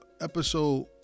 episode